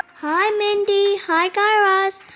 hi, mindy. hi, guy raz.